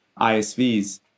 ISVs